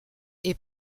est